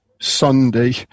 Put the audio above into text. Sunday